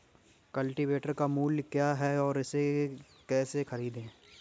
Cultivator का मूल्य क्या है और इसे कैसे खरीदें?